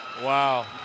Wow